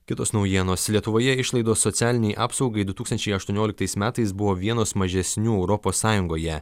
kitos naujienos lietuvoje išlaidos socialinei apsaugai du tūkstančiai aštuonioliktais metais buvo vienos mažesnių europos sąjungoje